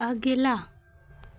अगला